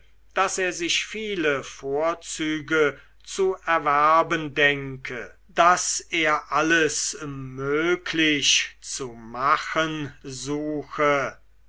daß er sich viele vorzüge zu erwerben denke daß er alles möglich zu machen suche